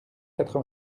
quatre